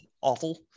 awful